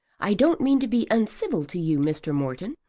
i don't mean to be uncivil to you, mr. morton,